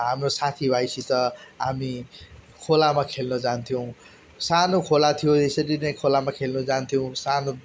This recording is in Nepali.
द हाम्रो साथीभाइसित खोलामा खेल्न जान्थ्यौँ सानो खोला थियो यसरी नै खोलामा खेल्न जान्थ्यौँ